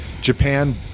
Japan